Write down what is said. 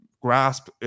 grasp